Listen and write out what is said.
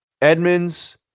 Edmonds